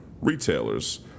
retailers